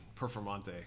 Performante